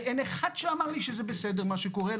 ואין אחד שאמר לי שזה בסדר מה שקורה,